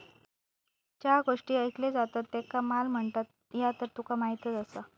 ज्यो गोष्टी ईकले जातत त्येंका माल म्हणतत, ह्या तर तुका माहीतच आसा